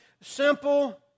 simple